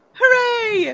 Hooray